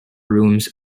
rooms